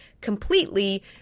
completely